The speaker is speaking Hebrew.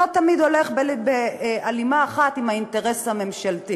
שלא תמיד הולך בהלימה עם האינטרס הממשלתי.